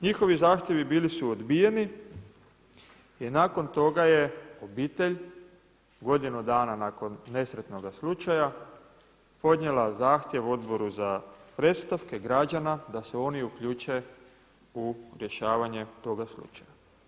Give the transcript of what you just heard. Njihovi zahtjevi bili su odbijeni i nakon toga je obitelj godinu dana nakon nesretnoga slučaja, podnijela zahtjev Odboru za predstavke građana da se oni uključe u rješavanje toga slučaja.